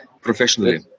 professionally